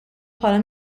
bħala